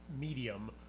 medium